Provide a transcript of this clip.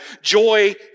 joy